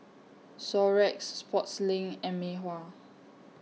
Xorex Sportslink and Mei Hua